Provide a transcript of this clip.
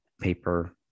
paper